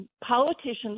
politicians